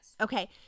Okay